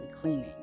cleaning